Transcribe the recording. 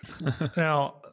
Now